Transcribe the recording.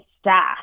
staff